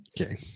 Okay